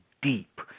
Deep